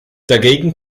dagegen